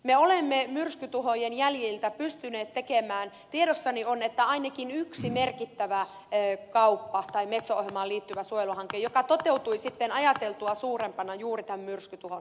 me olemme myrskytuhojen jäljiltä pystyneet tekemään ainakin yhden merkittävän kaupan tai metso ohjelmaan liittyvän suojeluhankkeen joka toteutui sitten ajateltua suurempana juuri tämän myrskytuhon takia